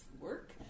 work